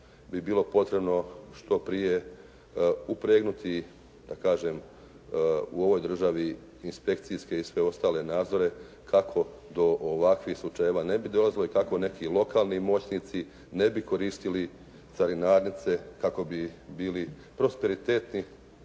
bi bilo potrebno što prije upregnuti da kažem u ovoj državi inspekcijske i sve ostale nadzore kako do ovakvih slučajeva ne bi dolazilo i kako neki lokalni moćnici ne bi koristili carinarnice, kako bi bili prosperitetni,